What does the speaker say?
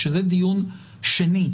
כשזה דיון שני,